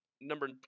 Number